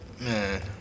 man